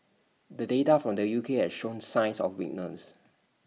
the data from the U K has shown signs of weakness